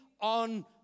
on